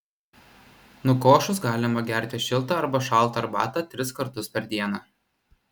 nukošus galima gerti šiltą arba šaltą arbatą tris kartus per dieną